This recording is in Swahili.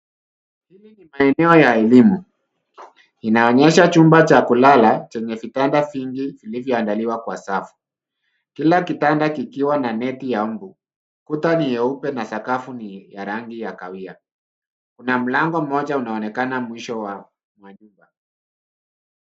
Maeneo ya elimu. Inaonyesha chumba cha kulala chenye vitanda vingi vilivyoandaliwa kwa safu, kila kitanda kikiwa na neti ya mbu. Kuta ni nyeupe na sakafu ni ya rangi ya kahawia. Kuna mlango mmoja unaoonekana mwisho wa chumba.